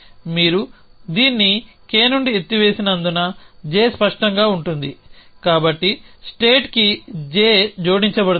మీరు దీన్ని K నుండి ఎత్తివేసినందున j స్పష్టంగా ఉంటుంది కాబట్టి స్టేట్ కి j జోడించబడుతుంది